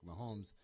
Mahomes